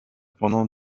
pendant